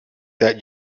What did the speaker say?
that